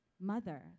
Mother